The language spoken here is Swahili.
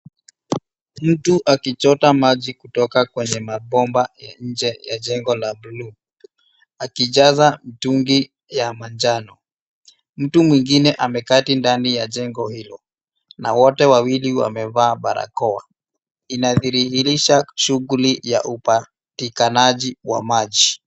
Mtu akichota maji kutoka kwenye mabomba nje ya jengo la buluu, akijaza mtungi ya manjano. Mtu mwingine ameketi ndani ya jengo hilo na wote wawili wamevaa barakoa. Inadhihirisha shughuli ya upatikanaji wa maji.